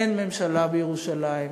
אין ממשלה בירושלים.